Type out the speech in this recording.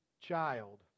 child